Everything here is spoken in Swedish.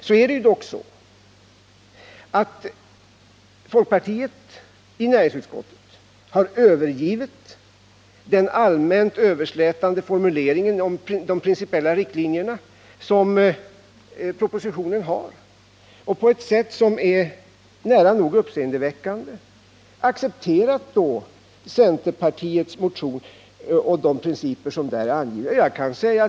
Men i näringsutskottet har dock folkpartiet övergivit den allmänt överslätande formuleringen om de principiella riktlinjerna som propositionen har och på ett sätt som är nära nog uppseendeväckande accepterat centerpartiets motion och de principer som där anges.